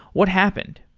what happened?